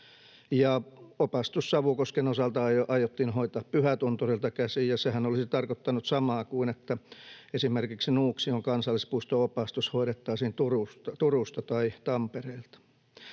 Opastus Savukosken osalta aiottiin hoitaa Pyhätunturilta käsin, ja sehän olisi tarkoittanut samaa kuin että esimerkiksi Nuuksion kansallispuiston opastus hoidettaisiin Turusta tai Tampereelta.